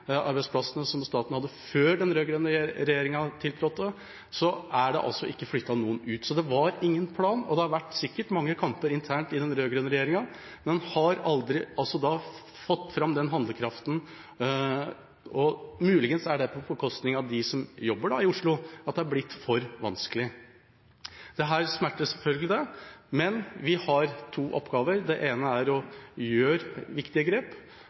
arbeidsplassene som staten hadde før den rød-grønne regjeringa tiltrådte, er ikke noen flyttet ut. Det var ingen plan, og det har sikkert vært mange kamper internt i den rød-grønne regjeringa, men en har aldri fått fram handlekraften. Muligens er det på bekostning av dem som jobber i Oslo, at det er blitt for vanskelig. Dette smertes selvfølgelig, men vi har to oppgaver: Den ene er å gjøre viktige grep,